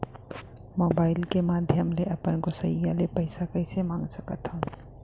Mobile के माधयम ले अपन गोसैय्या ले पइसा कइसे मंगा सकथव?